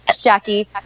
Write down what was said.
Jackie